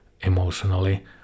emotionally